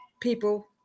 people